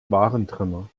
warentrenner